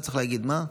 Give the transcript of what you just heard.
לא צריך להגיד מה,